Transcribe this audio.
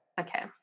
Okay